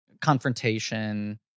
confrontation